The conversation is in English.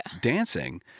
dancing